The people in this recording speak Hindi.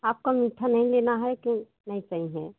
आपका मीठा नहीं लेना है कि नहीं सही है